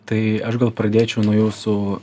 tai aš gal pradėčiau nuo jūsų